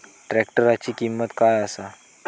ट्रॅक्टराची किंमत काय आसा?